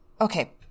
Okay